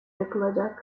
yapılacak